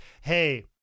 hey